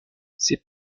ses